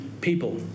people